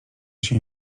się